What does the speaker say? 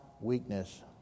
weakness